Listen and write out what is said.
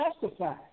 testify